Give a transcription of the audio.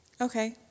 Okay